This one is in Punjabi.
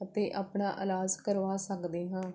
ਅਤੇ ਆਪਣਾ ਇਲਾਜ ਕਰਵਾ ਸਕਦੇ ਹਾਂ